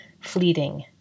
fleeting